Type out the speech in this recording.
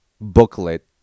booklet